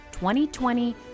2020